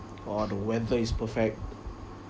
oh the weather is perfect